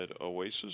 Oasis